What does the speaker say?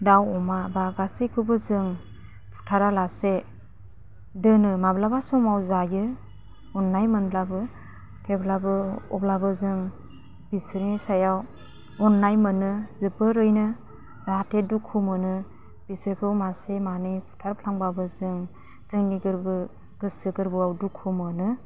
दाव अमा बा गासैखौबो जों बुथारालासे दोनो माब्लाबा समाव जायो अन्नाय मोनब्लाबो थेब्लाबो अब्लाबो जों बिसोरनि सायाव अन्नाय मोनो जोबोरैनो जाहाथे दुखु मोनो बिसोरखौ मासे मानै बुथारफ्लांबाबो जों जोंनि गोरबो गोसो गोरबोआव दुखु मोनो